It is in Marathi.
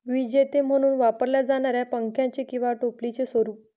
विजेते म्हणून वापरल्या जाणाऱ्या पंख्याचे किंवा टोपलीचे स्वरूप